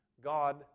God